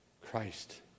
Christ